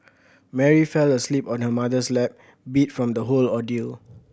Mary fell asleep on her mother's lap beat from the whole ordeal